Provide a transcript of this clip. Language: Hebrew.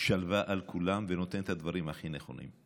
שלווה על כולם ונותן את הדברים הכי נכונים.